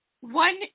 one